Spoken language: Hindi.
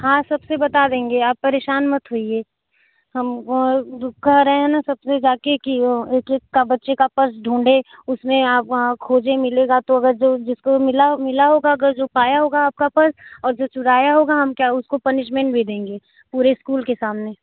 हाँ सबसे बता देंगे आप परेशान मत होइए हम कह रहे हैं न सबसे जा कर कि एक एक का बच्चे का पर्स ढूंढे उसमें आप खोजे मिलेगा तो अगर जो जिसको मिला होगा जो पाया होगा आपका पर्स जो चुराया होगा उसको पन्निशमेंट भी देंगे पूरे स्कुल के सामने